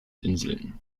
inseln